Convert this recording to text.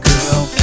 Girl